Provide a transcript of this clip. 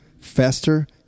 faster